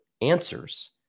answers